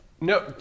No